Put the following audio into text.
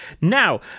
Now